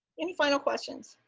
any final questions?